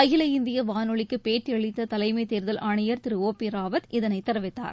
அகில இந்திய வானொலிக்கு பேட்டியளித்த தலைமை தேர்தல் ஆணையர் திரு ஓ பி ராவத் இதனைத் தெரிவித்தார்